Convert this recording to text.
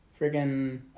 Friggin